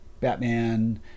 Batman